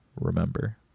Remember